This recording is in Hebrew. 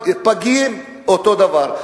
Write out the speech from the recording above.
פגים, אותו דבר.